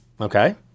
Okay